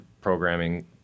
programming